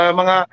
mga